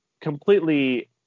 completely